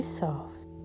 soft